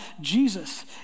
Jesus